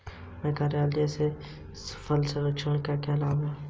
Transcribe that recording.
मैं कार्यालय से ऋण का अनुरोध कैसे करूँ?